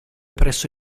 presso